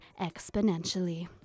exponentially